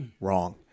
wrong